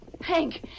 Hank